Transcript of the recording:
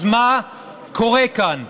אז מה קורה כאן?